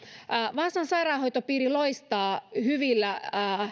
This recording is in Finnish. vaasan sairaanhoitopiiri loistaa hyvillä